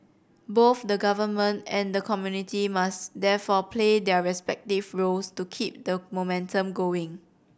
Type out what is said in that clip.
both the government and the community must therefore play their respective roles to keep the momentum going